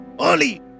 early